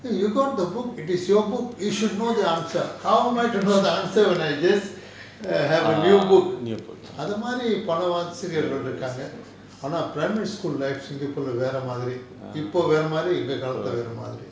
eh you got the book it is your book you should know the answer how am I to know the answer when I just err have a new book அது மாரி பல வாத்திகள் இருக்காங்க ஆனா:athu maari pala vaatthikal irukaanga aana primary school life singapore leh வேற மாரி இப்ப வேற மாரி எங்க காலத்துல வேற மாரி:vera maari ippa vera maari enga kaalatthula vera maari